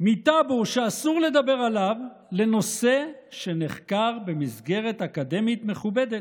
מטאבו שאסור לדבר עליו לנושא שנחקר במסגרת אקדמית מכובדת.